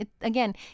Again